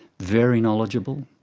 very knowledgeable,